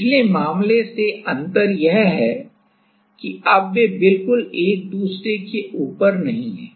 पिछले मामले से अंतर यह है कि अब वे बिल्कुल एक दूसरे के ऊपर नहीं हैं